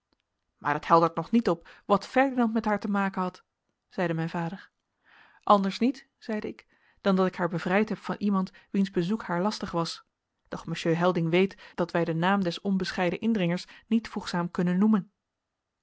maar dat heldert nog niet op wat ferdinand met haar te maken had zeide mijn vader anders niet zeide ik dan dat ik haar bevrijd heb van iemand wiens bezoek haar lastig was doch monsieur helding weet dat wij den naam des onbescheiden indringers niet voegzaam kunnen noemen